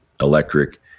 electric